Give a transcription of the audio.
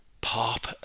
pop